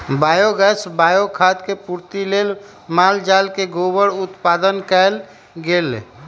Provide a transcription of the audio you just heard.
biogas, bio खाद के पूर्ति लेल माल जाल से गोबर उत्पादन कएल गेल